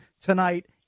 tonight